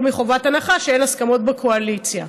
מחובת הנחה כשאין הסכמות בקואליציה.